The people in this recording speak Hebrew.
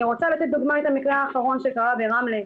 אני רוצה לתת דוגמה את המקרה האחרון שקרה ברמלה,